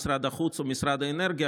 משרד החוץ ומשרד האנרגיה?